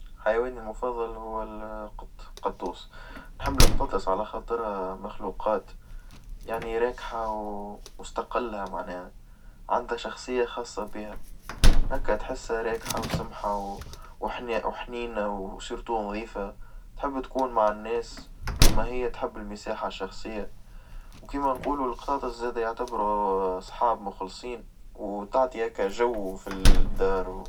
حيواني المفظل هو القط قطوس نحب القطاطس على خاطرها مخلوقات، يعني راكحة ومستقلة معناها عندها شخصية خاصة بها هاكا تحسها راكحة وسمحة وحنينة وسيرته نظيفة تحب تكون مع الناس، أما هي تحب المساحة الشخصية وكيما نقولو القطاطس زادة يعتبروا أصحاب مخلصين وتعطي هيكا جو في الدار.